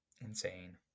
Insane